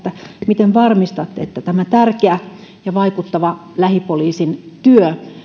miten varmistatte että tämä tärkeä ja vaikuttava lähipoliisin työ